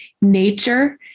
nature